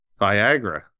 Viagra